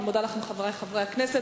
אני מודה לכם, חברי חברי הכנסת.